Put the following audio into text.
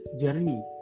journey